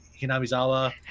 Hinamizawa